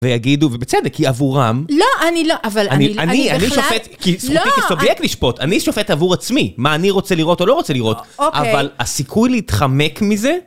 ויגידו, ובצדק, כי עבורם... לא, אני לא, אבל אני בכלל... אני שופט, כי זכותי כסובייקט לשפוט, אני שופט עבור עצמי מה אני רוצה לראות או לא רוצה לראות, אבל הסיכוי להתחמק מזה...